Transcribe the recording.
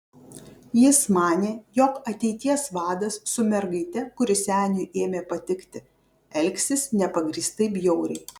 jis manė jog ateities vadas su mergaite kuri seniui ėmė patikti elgsis nepagrįstai bjauriai